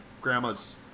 grandma's